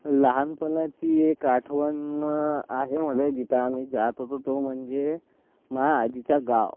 लहानपणाची एक आठवण आहे मला जिथं आम्ही जात होतो तो म्हणजे माझ्या आजीचा गाव